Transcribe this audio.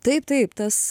taip taip tas